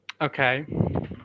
Okay